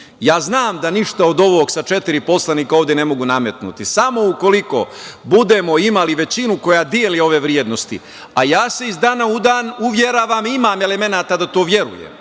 Znam da ništa od ovog sa četiri poslanika ovde ništa ne mogu nametnuti, samo ukoliko budemo imali većinu koja deli ove vrednosti, a ja se iz dana u dan uveravam imam li elemenata da u to verujem. Između